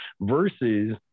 Versus